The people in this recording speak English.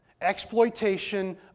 Exploitation